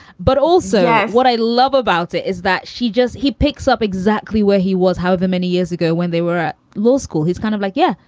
but also what i love about her is that she just he picks up exactly where he was. however, many years ago when they were at law school. he's kind of like, yeah,